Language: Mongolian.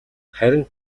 харин